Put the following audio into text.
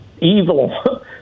evil